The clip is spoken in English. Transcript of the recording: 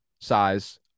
size